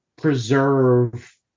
preserve